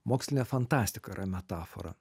mokslinė fantastika yra metafora